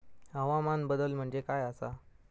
हवामान बदल म्हणजे काय आसा?